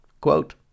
Quote